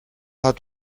hat